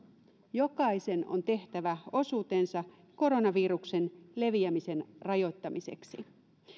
jokaisen on tehtävä osuutensa koronaviruksen leviämisen rajoittamiseksi